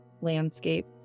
landscape